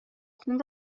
خون